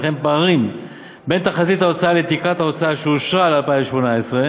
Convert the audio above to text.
וכן פערים בין תחזית ההוצאה לתקרת ההוצאה שאושרה ל-2018,